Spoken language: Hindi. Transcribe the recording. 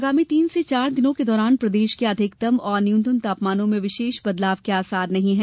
आगामी तीन से चार दिनों के दौरान प्रदेश के अधिकतम एवं न्यूनतम तापमानों में विशष बदलाव के आसार नहीं है